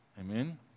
Amen